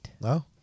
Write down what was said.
No